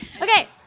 Okay